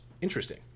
interesting